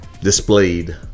displayed